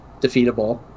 defeatable